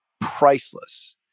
priceless